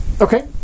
Okay